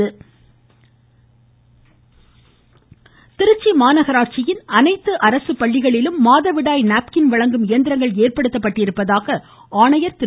ம் ம் ம் ம் ம திருச்சி திருச்சி மாநகராட்சியில் அனைத்து அரசு பள்ளிகளிலும் மாதவிடாய் நாப்கின் வழங்கும் இயந்திரங்கள் ஏற்படுத்தப்பட்டிருப்பதாக ஆணையர் திரு